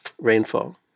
rainfall